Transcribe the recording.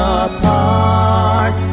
apart